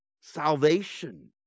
salvation